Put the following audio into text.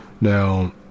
Now